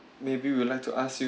maybe we'd like to ask you